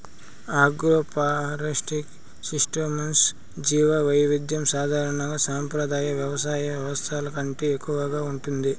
agroforestry సిస్టమ్స్లో జీవవైవిధ్యం సాధారణంగా సంప్రదాయ వ్యవసాయ వ్యవస్థల కంటే ఎక్కువగా ఉంటుంది